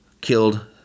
killed